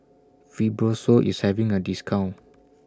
Fibrosol IS having A discount